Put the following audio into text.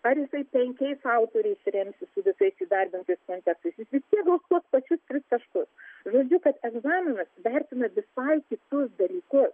ar jisai penkiais autoriais remsis su visais įdarbintais kontekstais jis vis tiek gaus tuos pačius tris taškus žodžiu kad egzaminas vertina visai kitus dalykus